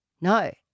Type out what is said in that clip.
No